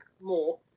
more